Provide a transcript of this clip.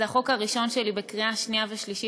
זה החוק הראשון שלי שמתקבל בקריאה שנייה ושלישית,